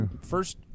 first